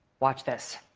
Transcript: watch this.